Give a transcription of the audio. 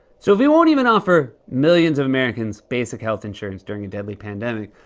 so, if he won't even offer millions of americans basic health insurance during a deadly pandemic,